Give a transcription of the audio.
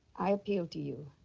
i appeal to you.